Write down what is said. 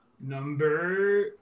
Number